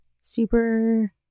super